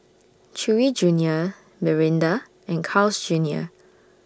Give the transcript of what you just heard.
Chewy Junior Mirinda and Carl's Junior